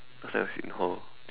he was like in hall